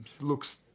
looks